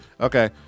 okay